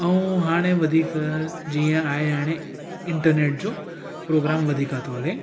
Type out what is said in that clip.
ऐं हाणे वधीक जीअं आहे हाणे इंटरनैट जो प्रोग्राम वधीक तो हले